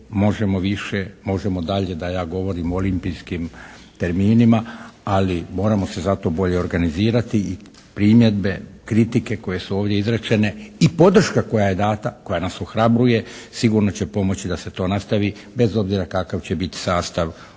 možemo više, možemo dalje da ja govorim o olimpijskim terminima ali moramo se za to bolje organizirati i primjedbe, kritike koje su ovdje izrečene i podrška koja je dana koja nas ohrabruje sigurno će pomoći da se to nastavi bez obzira kakav će biti sastav